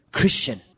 Christian